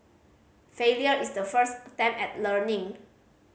failure is the first attempt at learning